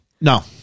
No